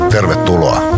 Tervetuloa